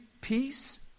peace